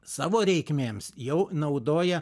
savo reikmėms jau naudoja